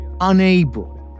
unable